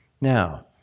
Now